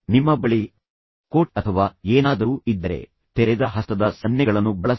ನಿಮ್ಮ ಬಳಿ ಕೋಟ್ ಅಥವಾ ಏನಾದರೂ ಇದ್ದರೆ ತೆರೆದ ಹಸ್ತದ ಸನ್ನೆಗಳನ್ನು ಬಳಸಿ